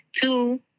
two